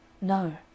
No